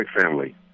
family